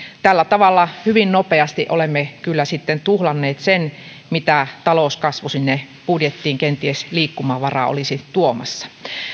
tällä tavalla olemme kyllä sitten tuhlanneet sen mitä liikkumavaraa talouskasvu sinne budjettiin kenties olisi tuomassa